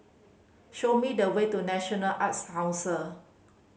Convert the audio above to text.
show me the way to National Arts Council